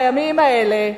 בימים האלה,